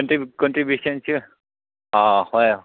ꯀꯣꯟꯇ꯭ꯔꯤꯕ꯭ꯌꯨꯁꯟꯁꯤ ꯑꯥ ꯍꯣꯏ